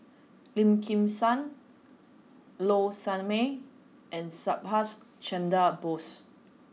Lim Kim San Low Sanmay and Subhas Chandra Bose